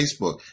Facebook